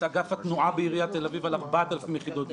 אגף התנועה בעיריית תל אביב על 4,000 יחידות דיור,